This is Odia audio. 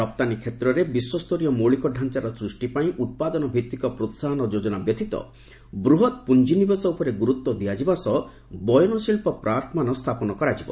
ରପ୍ତାନୀ କ୍ଷେତ୍ରରେ ବିଶ୍ୱସ୍ତରୀୟ ମୌଳିକଡାଞ୍ଚାର ସୂଷ୍ଟିପାଇଁ ଉତ୍ପାଦନ ଭିତ୍ତିକ ପ୍ରୋହାହନ ଯୋଜନା ବ୍ୟତୀତ ବୃହତ୍ ପୁଞ୍ଜିନିବେଶ ଉପରେ ଗୁରୁତ୍ୱ ଦିଆଯିବା ସହ ବୟନଶିଳ୍ପ ପାର୍କମାନ ସ୍ଥାପନ କରାଯିବ